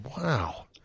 Wow